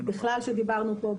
בכלל שדיברנו פה,